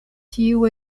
tio